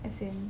as in